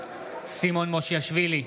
סימון מושיאשוילי,